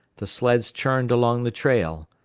the sleds churned along the trail